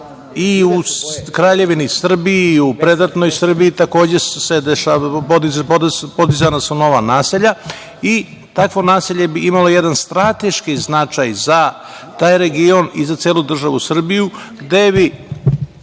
i Kraljevini Srbiji u predratnoj Srbiji takođe su podizana nova naselja i takvo naselje bi imalo jedan strateški značaj za taj region i za celu državu Srbiju, gde bi